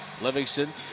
Livingston